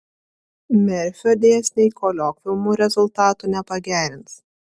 merfio dėsniai koliokviumų rezultatų nepagerins